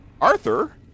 Arthur